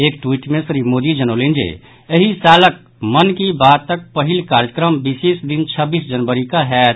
एक ट्वीट मे श्री मोदी जनौलनि जे एहि सालक मन की बातक पहिल कार्यक्रम विशेष दिन छब्बीस जनवरी कऽ होयत